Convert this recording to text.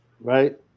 right